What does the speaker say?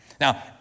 Now